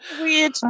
Weird